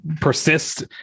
persist